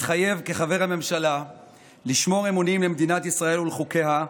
מתחייב כחבר ממשלה לשמור אמונים למדינת ישראל ולחוקיה,